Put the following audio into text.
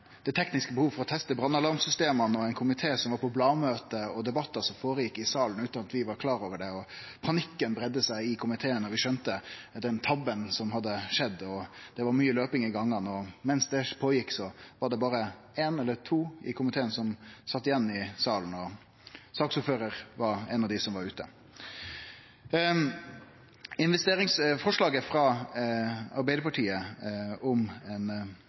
det tekniske behovet for å teste brannalarmsystemet, ein komité som var på blamøte og debatten som gjekk føre seg i salen utan at vi var klare over det. Panikken breidde seg i komiteen da vi skjønte den tabben som var skjedd. Det var mykje spring i gangane. Mens dette skjedde, var det berre ein eller to i komiteen som sat i salen. Saksordføraren var ein av dei som var ute. Forslaget frå Arbeidarpartiet om